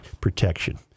protection